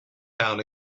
town